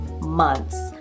months